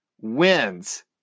wins